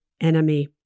enemy